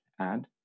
add